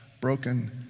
broken